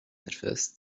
nervös